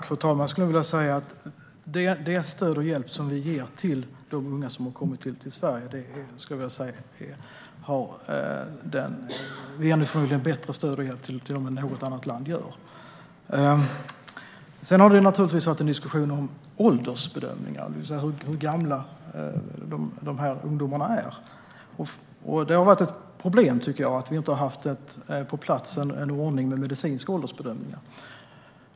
Fru talman! Det stöd och den hjälp vi ger till de unga som har kommit till Sverige är förmodligen bättre än vad något annat land ger. Sedan har det naturligtvis varit en diskussion om åldersbedömningar, det vill säga hur gamla ungdomarna är. Det har varit ett problem att det inte har funnits på plats en ordning för medicinska åldersbedömningar.